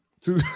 two